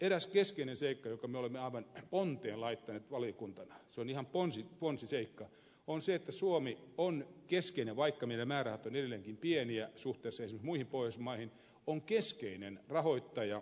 eräs keskeinen seikka jonka me olemme aivan ponteen laittaneet valiokuntana se on ihan ponsiseikka on se että suomi on keskeinen vaikka meidän määrärahamme ovat edelleen pieniä suhteessa esimerkiksi muihin pohjoismaihin rahoittaja yk järjestelmälle monenkeskiselle järjestelmälle